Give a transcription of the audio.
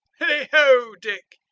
hilli-ho, dick!